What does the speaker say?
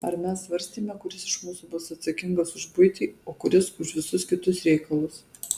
ar mes svarstėme kuris iš mūsų bus atsakingas už buitį o kuris už visus kitus reikalus